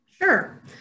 Sure